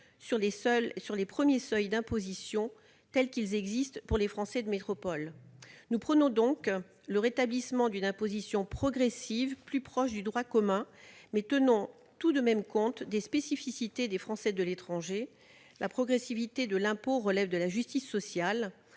sur les premiers seuils d'imposition applicable aux Français de métropole. Nous prônons donc le rétablissement d'une imposition progressive plus proche du droit commun. Mais nous tenons tout de même compte des particularités des Français de l'étranger. La progressivité de l'impôt relève de la justice sociale.